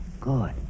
Good